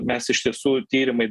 mes iš tiesų tyrimai